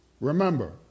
Remember